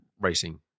racing